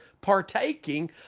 partaking